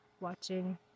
watching